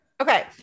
okay